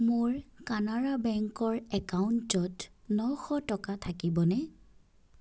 মোৰ কানাড়া বেংকৰ একাউণ্টত নশ টকা থাকিবনে